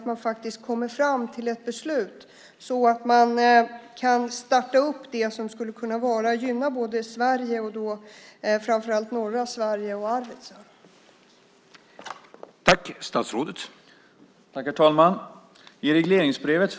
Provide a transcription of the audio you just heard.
Man måste komma fram till ett beslut, så att det som skulle kunna gynna Sverige, framför allt norra Sverige och Arvidsjaur, kan startas.